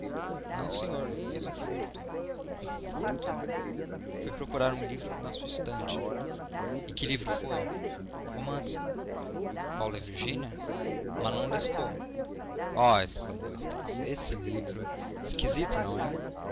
não senhor fiz um furto um furto fui procurar um livro na sua estante e que livro foi um romance paulo e virgínia manon lescaut oh exclamou estácio esse livro esquisito não é